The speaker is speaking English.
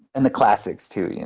and the classics, too, yeah